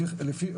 כן.